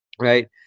right